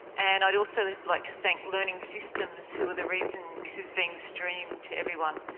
and i'd also like to thank learning systems who are the reason this is being streamed to everyone.